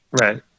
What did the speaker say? Right